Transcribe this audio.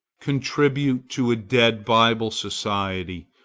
contribute to a dead bible-society,